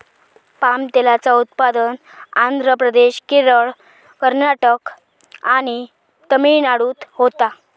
palm तेलाचा उत्पादन आंध्र प्रदेश, केरळ, कर्नाटक आणि तमिळनाडूत होता